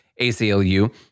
ACLU